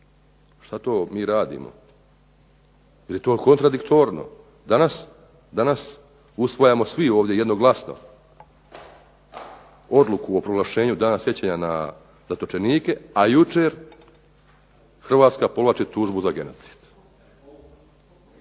Šta to mi radimo? Jer je to kontradiktorno. Danas usvajamo svi ovdje jednoglasno odluku o proglašenju Dana sjećanja na zatočenike, a jučer Hrvatska povlači tužbu za genocid.